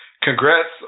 congrats